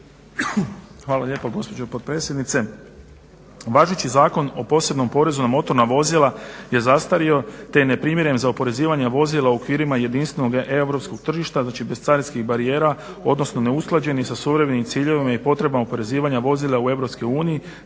Hvala lijepo gospođo potpredsjednice. Važeći Zakon o posebnom porezu na motorna vozila je zastario te je neprimjeren za oporezivanje vozila u okvirima jedinstvenog europskog tržišta, znači bescarinskih barijera, odnosno neusklađenih sa suvremenim ciljevima i potrebama oporezivanja vozila u